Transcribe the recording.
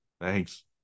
thanks